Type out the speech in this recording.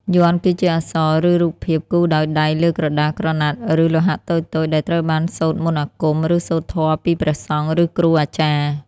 យ័ន្តគឺជាអក្សរ ឬរូបភាពគូរដោយដៃលើក្រដាស ក្រណាត់ ឬលោហៈតូចៗ ដែលត្រូវបានសូត្រមន្តអាគម ឬសូត្រធម៌ពីព្រះសង្ឃ ឬគ្រូអាចារ្យ។